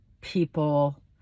people